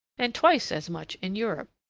and twice as much in europe.